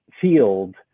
field